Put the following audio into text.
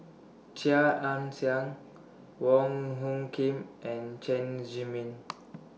Chia Ann Siang Wong Hung Khim and Chen Zhiming